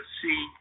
see